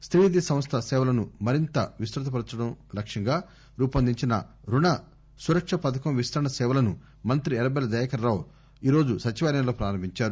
స్రీనిధి సంస్థ సేవలను మరింత విస్రుత పరచడం లక్ష్యంగా రూపొందిన రుణ సంరక పథకం విస్తరణ సేవలను మంత్రి ఎర్రబెల్లి దయాకర్ రావు ఈ రోజు సచివాలయంలో ప్రారంభించారు